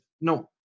No